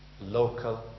local